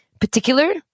particular